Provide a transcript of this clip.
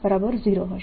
B0 હશે